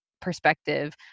perspective